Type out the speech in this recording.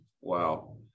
Wow